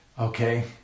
Okay